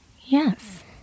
Yes